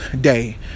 day